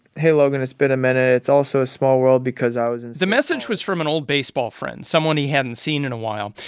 hey, logan. it's been a minute. it's also a small world because i was. and the message was from an old baseball friend, someone he hadn't seen in a while.